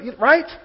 Right